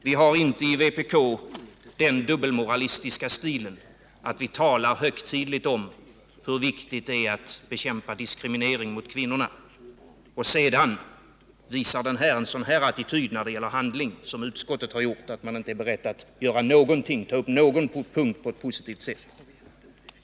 Vi har inte i vpk den dubbelmoralistiska stilen att vi talar högtidligt om hur viktigt det är att bekämpa diskriminering mot kvinnorna och sedan i handling visar en sådan attityd som utskottet har gjort när det inte är berett att göra någonting, inte ta upp någon punkt på ett positivt sätt.